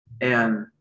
And-